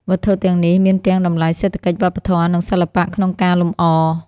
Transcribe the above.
វត្ថុទាំងនេះមានទាំងតម្លៃសេដ្ឋកិច្ច វប្បធម៌ និងសិល្បៈក្នុងការលម្អ។